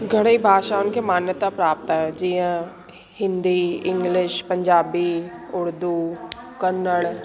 घणे भाषाउन खे मान्यता प्राप्त आहे जीअं हिंदी इंग्लिश पंजाबी उर्दू कन्नण